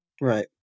Right